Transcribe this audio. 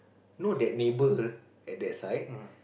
know hat neighbour at that side